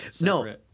No